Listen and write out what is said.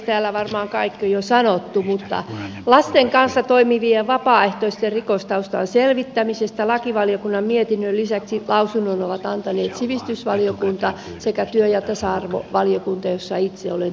täällä varmaan kaikki on jo sanottu mutta lasten kanssa toimivien vapaaehtoisten rikostaustan selvittämisestä lakivaliokunnan mietinnön lisäksi lausunnon ovat antaneet sivistysvaliokunta sekä työ ja tasa arvovaliokunta jossa itse olen työskennellyt